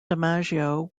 dimaggio